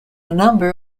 number